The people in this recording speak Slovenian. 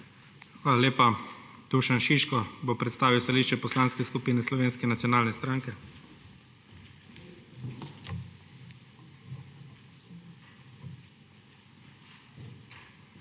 Hvala lepa. Dušan Šiško bo predstavil stališče Poslanske skupine Slovenske nacionalne stranke. **DUŠAN